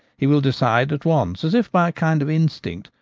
he will decide at once, as if by a kind of instinct,